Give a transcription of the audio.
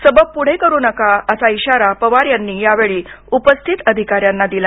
सबब पुढे करू नका असा इशारा पवार यांनी यावेळी उपस्थित अधिकाऱ्यांना दिला